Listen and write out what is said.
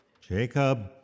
Jacob